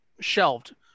shelved